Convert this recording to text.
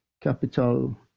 Capital